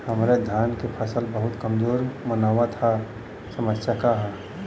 हमरे धान क फसल बहुत कमजोर मनावत ह समस्या का ह?